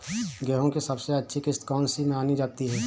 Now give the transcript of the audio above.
गेहूँ की सबसे अच्छी किश्त कौन सी मानी जाती है?